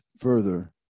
further